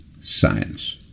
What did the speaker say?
Science